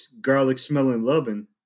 garlic-smelling-loving